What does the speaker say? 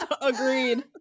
Agreed